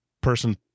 person